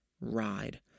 ride